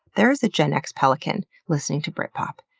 there's a gen x pelican listening to brit pop.